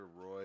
Roy